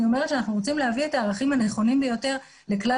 אומרת שאנחנו רוצים להביא את הערכים הנכונים ביותר לכלל